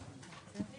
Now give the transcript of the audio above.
ה-70